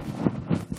בבקשה.